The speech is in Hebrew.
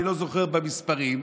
אני לא זוכר מספרים,